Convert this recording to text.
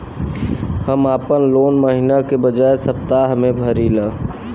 हम आपन लोन महिना के बजाय सप्ताह में भरीला